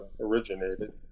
originated